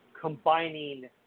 combining